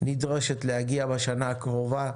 נדרשת להגיע בשנה הקרובה,